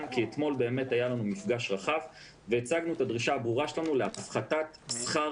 כי אתמול היה לנו מפגש רחב והצגנו את הדרישה הברורה שלנו להפחתת שכר